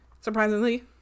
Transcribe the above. Surprisingly